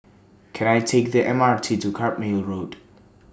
Can I Take The M R T to Carpmael Road